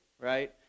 right